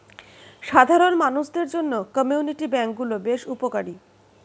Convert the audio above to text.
সাধারণ মানুষদের জন্য কমিউনিটি ব্যাঙ্ক গুলো বেশ উপকারী